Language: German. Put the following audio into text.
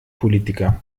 politiker